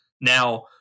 Now